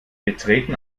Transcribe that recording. betreten